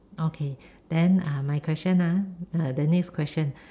okay then uh my question ah uh the next question